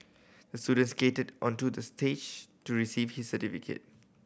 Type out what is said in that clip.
the student skated onto the stage to receive his certificate